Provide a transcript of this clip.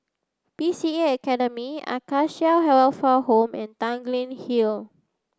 B C A Academy Acacia Home and Tanglin Hill